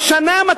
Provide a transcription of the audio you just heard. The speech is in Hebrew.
השנה,